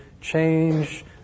change